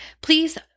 please